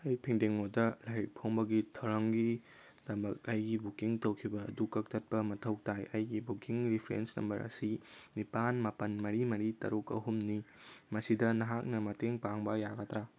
ꯑꯩ ꯐꯦꯟꯗꯦꯡꯉꯣꯗ ꯂꯥꯏꯔꯤꯛ ꯐꯣꯡꯕꯒꯤ ꯊꯧꯔꯝꯒꯤꯗꯃꯛ ꯑꯩꯒꯤ ꯕꯨꯛꯀꯤꯡ ꯇꯧꯈꯤꯕ ꯑꯗꯨ ꯀꯛꯊꯠꯄ ꯃꯊꯧ ꯇꯥꯏ ꯑꯩꯒꯤ ꯕꯨꯛꯀꯤꯡ ꯔꯤꯐ꯭ꯔꯦꯟꯁ ꯅꯝꯕꯔ ꯑꯁꯤ ꯅꯤꯄꯥꯟ ꯃꯥꯄꯟ ꯃꯔꯤ ꯃꯔꯤ ꯇꯔꯨꯛ ꯑꯍꯨꯝꯅꯤ ꯃꯁꯤꯗ ꯅꯍꯥꯛꯅ ꯃꯇꯦꯡ ꯄꯥꯡꯕ ꯌꯥꯒꯗ꯭ꯔꯥ